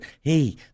hey